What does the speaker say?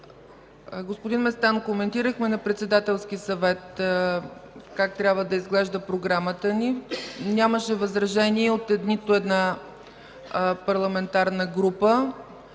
Господин Местан, коментирахме на Председателски съвет как трябва да изглежда програмата ни. Нямаше възражения от нито една парламентарна група.